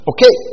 Okay